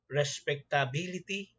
respectability